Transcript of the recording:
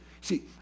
See